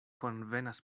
konvenas